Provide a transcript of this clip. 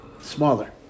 Smaller